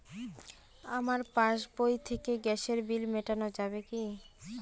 আমার পাসবই থেকে গ্যাসের বিল মেটানো যাবে কি?